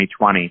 2020